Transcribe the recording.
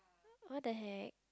what the heck